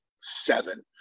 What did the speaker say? seven